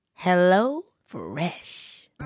HelloFresh